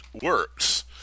works